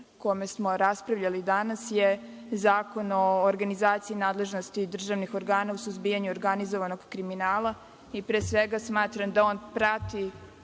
kome smo raspravljali danas je Zakon o organizaciji nadležnosti državnih organa u suzbijanju organizovanog kriminala. Pre svega, smatram da on prati